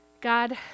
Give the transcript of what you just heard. God